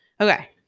Okay